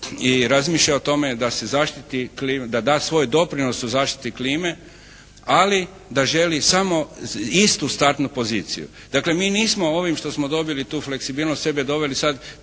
da se zaštiti, da da svoj doprinos u zaštiti klime, ali da želi samo istu startnu poziciju. Dakle mi nismo ovim što smo dobili tu fleksibilnost sebe doveli sad